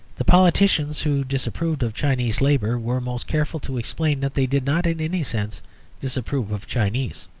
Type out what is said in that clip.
the politicians who disapproved of chinese labour were most careful to explain that they did not in any sense disapprove of chinese.